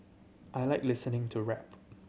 I like listening to rap